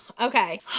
Okay